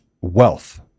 wealth